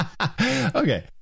Okay